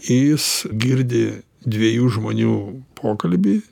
jis girdi dviejų žmonių pokalbį